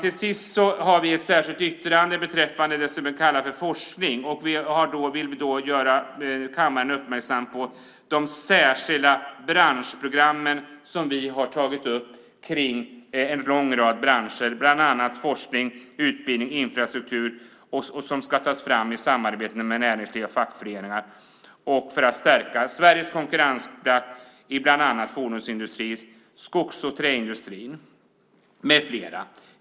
Till sist har vi ett särskilt yttrande beträffande det som vi kallar forskning, och vi vill göra kammaren uppmärksam på de särskilda branschprogram som vi har tagit upp kring en lång rad branscher, bland annat forskning, utbildning och infrastruktur, som har tagits fram i samarbete med näringsliv och fackföreningar för att stärka Sveriges konkurrenskraft i bland annat fordonsindustrin, skogs och träindustrin med flera.